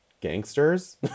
gangsters